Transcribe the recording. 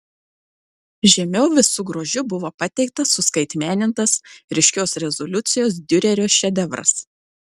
žemiau visu grožiu buvo pateiktas suskaitmenintas ryškios rezoliucijos diurerio šedevras